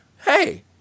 Hey